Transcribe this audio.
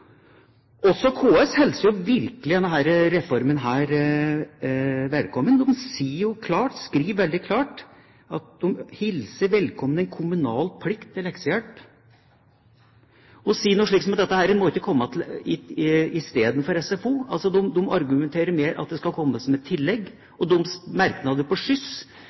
Også KS hilser virkelig denne reformen velkommen. De sier – og skriver – veldig klart at de hilser velkommen en kommunal plikt til leksehjelp. De sier noe slikt som at dette ikke må komme i stedet for SFO, de argumenterer med at det skal komme som et tillegg. Og merknadene når det gjelder skyss,